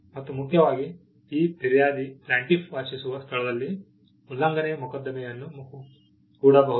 ಮತ್ತು ಮುಖ್ಯವಾಗಿ ಈಗ ಫಿರ್ಯಾದಿ ವಾಸಿಸುವ ಸ್ಥಳದಲ್ಲಿ ಉಲ್ಲಂಘನೆ ಮೊಕದ್ದಮೆಯನ್ನು ಹೂಡಬಹುದು